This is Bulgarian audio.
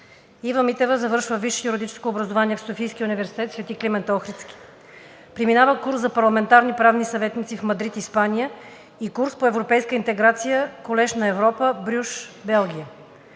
Ива Митева завършва висше юридическо образование в Софийския университет „Св. Климент Охридски“. Преминава курс за парламентарни правни съветници в Мадрид, Испания, и курс по европейска интеграция – Колеж на Европа, град Брюж, Белгия.